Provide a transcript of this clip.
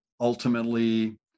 ultimately